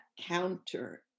counter